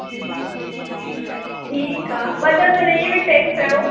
ठीकु आहे ॿ दरजन ईअं बि पैक कयो